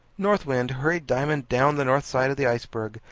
north wind hurried diamond down the north side of the iceberg,